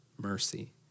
mercy